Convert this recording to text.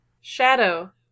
Shadow